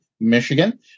Michigan